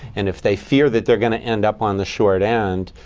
and if they fear that they're going to end up on the short end,